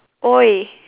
!oi!